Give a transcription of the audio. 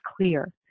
clear